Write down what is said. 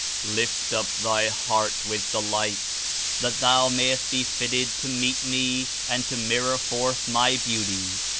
lift up thy heart with delight, that thou mayest be fitted to meet me and to mirror forth my beauty.